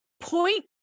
point